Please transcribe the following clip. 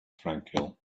tranquil